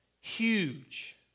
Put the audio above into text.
Huge